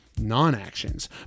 non-actions